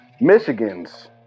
Michigan's